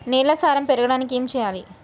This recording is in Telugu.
నేల సారం పెరగడానికి ఏం చేయాలి?